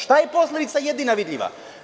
Šta je posledica jedina vidljiva?